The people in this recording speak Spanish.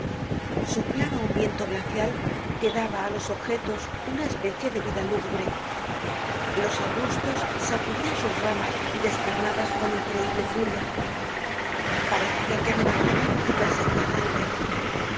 soplaba un viento glacial que daba á los objetos una especie de vida lúgubre los arbustos sacudian sus ramas descarnadas con increible furia parecia que amenazaban y perseguian á alguien